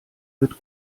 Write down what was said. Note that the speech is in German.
wird